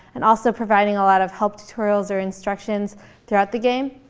and also providing a lot of help tutorials or instructions throughout the game.